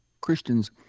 Christians